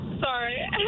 Sorry